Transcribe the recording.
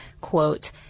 quote